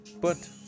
But